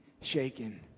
shaken